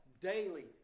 daily